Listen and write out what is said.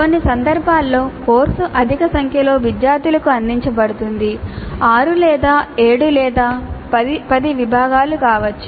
కొన్ని సందర్భాల్లో కోర్సు అధిక సంఖ్యలో విద్యార్థులకు అందించబడుతుంది 6 లేదా 7 లేదా 10 విభాగాలు కావచ్చు